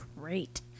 great